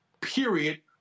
period